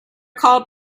called